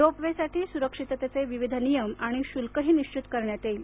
रोपवेसाठी सुरक्षिततेचे विविध नियम आणि शुल्कही निश्चित करण्यात येईल